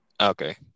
Okay